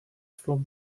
from